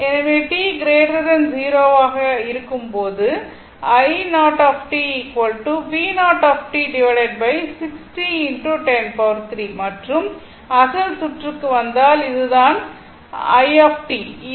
எனவே t 0 என இருக்கும் போது மற்றும் அசல் சுற்றுக்கு வந்தால் இதுதான் நான்